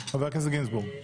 גינזבורג.